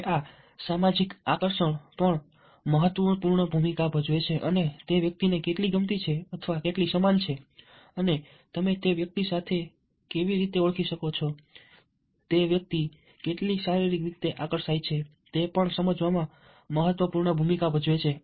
હવે આ સામાજિક આકર્ષણ પણ મહત્વપૂર્ણ ભૂમિકા ભજવે છે અને તે વ્યક્તિને કેટલી ગમતી છે કેટલી સમાન છે અને તમે તે વ્યક્તિ સાથે કેવી રીતે ઓળખી શકો છો તે વ્યક્તિ કેટલી શારીરિક રીતે આકર્ષક છે તે પણ સમજાવવામાં મહત્વપૂર્ણ ભૂમિકા ભજવે છે